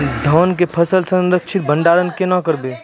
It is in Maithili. धान के फसल के सुरक्षित भंडारण केना करबै?